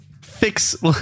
fix